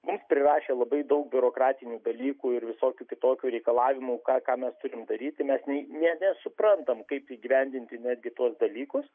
mums prirašė labai daug biurokratinių dalykų ir visokių kitokių reikalavimų ką ką mes turim daryti mes nebesuprantam kaip įgyvendinti netgi tuos dalykus